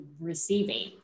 receiving